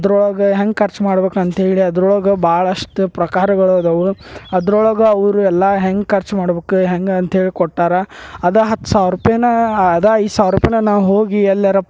ಅದ್ರೊಳಗೆ ಹೆಂಗೆ ಖರ್ಚ್ ಮಾಡ್ಬೇಕಂತ ಹೇಳಿ ಅದ್ರೊಳಗೆ ಭಾಳಷ್ಟು ಪ್ರಕಾರಗಳು ಅದವು ಅದ್ರೊಳಗೆ ಅವ್ರು ಎಲ್ಲಾ ಹೆಂಗೆ ಖರ್ಚ್ ಮಾಡ್ಬೇಕು ಹೆಂಗೆ ಅಂತ್ಹೇಳಿ ಕೊಟ್ಟಾರ ಅದಾ ಹತ್ತು ಸಾವಿರ ರೂಪಾಯನ್ನ ಅದಾ ಐದು ಸಾವಿರ ರೂಪಾಯನ್ನ ನಾವು ಹೋಗಿ ಎಲ್ಲರಪ್ಪ